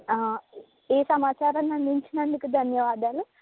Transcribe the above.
ఈ సమాచారం అందించినందుకు ధన్యవాదాలు